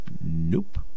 Nope